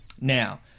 Now